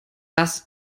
das